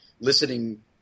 listening